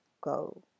go